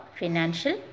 financial